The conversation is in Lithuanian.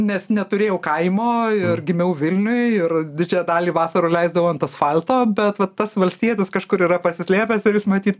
nes neturėjau kaimo ir gimiau vilniuj ir didžiąją dalį vasarų leisdavau ant asfalto bet va tas valstietis kažkur yra pasislėpęs ir jis maty